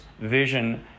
vision